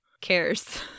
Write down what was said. cares